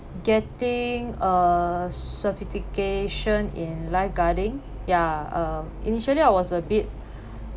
getting a certification in life guarding ya uh initially I was a bit